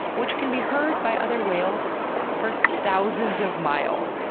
which can be heard by other whales for thousands of miles.